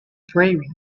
prairie